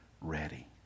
ready